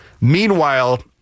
Meanwhile